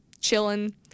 chilling